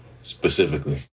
specifically